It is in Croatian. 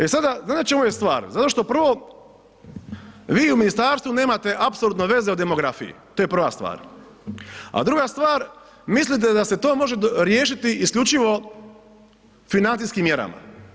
E sada, znate u čemu je stvar, zato što prvo vi u ministarstvu nemate apsolutno veze o demografiji, to je prva stvar, a druga stvar mislite da se to može riješiti isključivo financijskim mjerama.